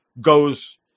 goes